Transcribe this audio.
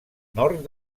nord